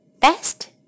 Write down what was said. best